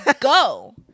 go